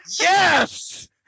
Yes